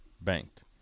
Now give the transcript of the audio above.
banked